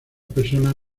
personas